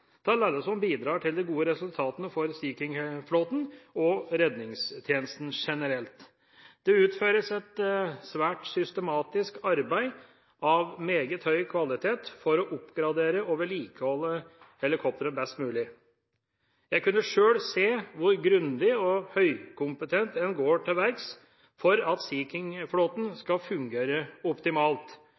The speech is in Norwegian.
alle som bidrar til de gode resultatene for Sea King-flåten og redningstjenesten generelt. Det utføres et svært systematisk arbeid av meget høy kvalitet for å oppgradere og vedlikeholde helikoptrene best mulig. Jeg kunne sjøl se hvor grundig og høykompetent en går til verks for at Sea King-flåten skal fungere optimalt,